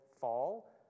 fall